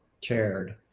cared